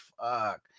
Fuck